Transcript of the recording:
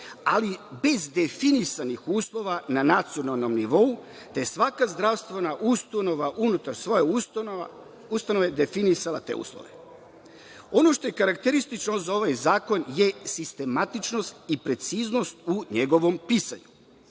ali bez definisanih uslova na nacionalnom nivou, te je svaka zdravstvena ustanova unutar svoje ustanove definisala te uslove. Ono što je karakteristično za ovaj zakon je sistematičnost i preciznost u njegovom pisanju.